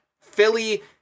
Philly